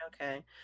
okay